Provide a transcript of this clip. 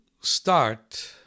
start